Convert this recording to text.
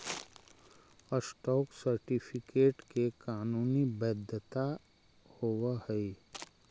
stock certificate के कानूनी वैधता होवऽ हइ